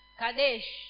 kadesh